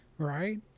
Right